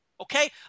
okay